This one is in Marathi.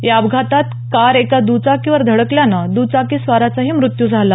या अपघातात कार एका दचाकीवर धडकल्यानं दचाकीस्वाराचाही मृत्यू झाला